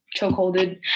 chokeholded